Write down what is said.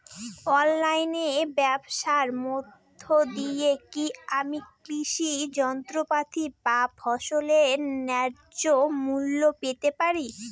অনলাইনে ব্যাবসার মধ্য দিয়ে কী আমি কৃষি যন্ত্রপাতি বা ফসলের ন্যায্য মূল্য পেতে পারি?